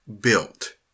built